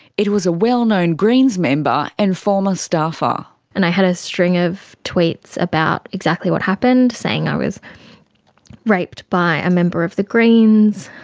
it was a well-known green's member and former staffer. and i had a string of tweets about exactly what happened, saying i was raped by a member of the greens,